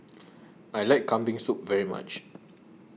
I like Kambing Soup very much